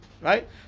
right